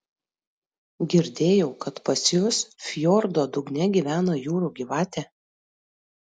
girdėjau kad pas jus fjordo dugne gyvena jūrų gyvatė